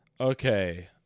okay